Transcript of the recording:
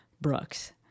Brooks